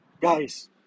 Guys